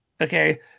Okay